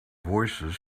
voices